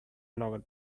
nougat